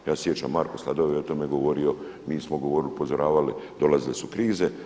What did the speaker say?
Ja se sjećam Marko Sladoljev je o tome govorio, mi smo govorili, upozoravali, dolazile su krize.